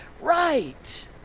right